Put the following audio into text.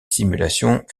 simulations